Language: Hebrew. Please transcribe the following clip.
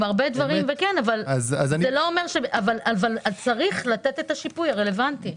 עם הרבה דברים, אבל צריך לתת את השיפוי הרלוונטי.